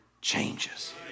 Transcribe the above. changes